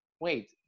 Wait